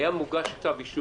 לא כך היה כתוב בכתב האישום.